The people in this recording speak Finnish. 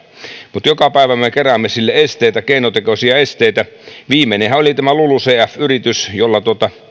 mutta joka päivä me keräämme sille esteitä keinotekoisia esteitä viimeinenhän oli tämä lulucf yritys jolla